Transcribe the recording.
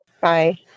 Bye